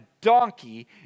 donkey